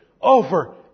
Over